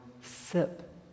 sip